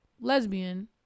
lesbian